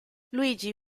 luigi